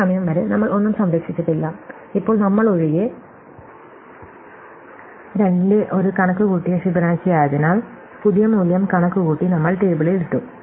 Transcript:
ഈ സമയം വരെ നമ്മൾ ഒന്നും സംരക്ഷിച്ചിട്ടില്ല ഇപ്പോൾ നമ്മളൊഴികെ 2 ന്റെ ഒരു കണക്കുകൂട്ടിയ ഫിബൊനാച്ചി ആയതിനാൽ പുതിയ മൂല്യം കണക്കുകൂട്ടി നമ്മൾ ടേബിളിൽ ഇട്ടു